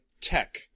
tech